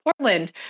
Portland